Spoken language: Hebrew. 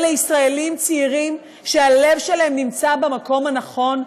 אלה ישראלים צעירים שהלב שלהם נמצא במקום הנכון,